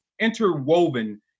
interwoven